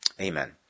Amen